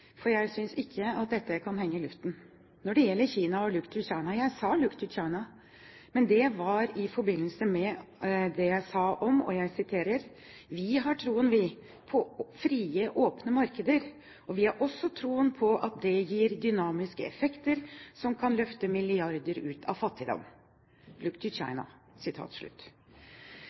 for jeg synes ikke at dette kan henge i luften når det gjelder Kina og «look to China». Ja, jeg sa «look to China», men det var i forbindelse med det jeg sa: «Vi har troen på frie, åpne markeder, og vi har også troen på at det gir dynamiske effekter som kan løfte milliarder ut av fattigdom.